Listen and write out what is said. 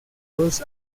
dos